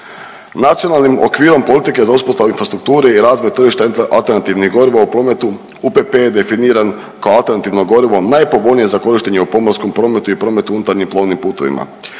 Nacionalnim okvirom politike za uspostavu infrastrukture i razvoj tržišta alternativnih goriva UPP je definiran kao alternativno gorivo najpovoljnije za korištenje u pomorskom prometu i prometu unutarnjim plovnim putovima,